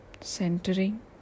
centering